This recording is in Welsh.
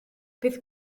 bydd